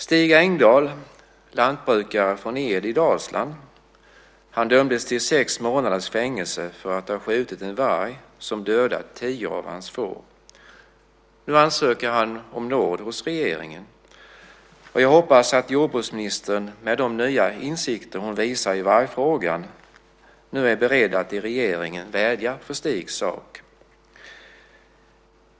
Stig Engdahl, lantbrukare från Dals Ed i Dalsland, dömdes till sex månaders fängelse för att ha skjutit en varg som dödat tio av hans får. Nu ansöker han om nåd hos regeringen. Och jag hoppas att jordbruksministern, med de nya insikter hon visar i vargfrågan, nu är beredd att i regeringen vädja för Stigs sak.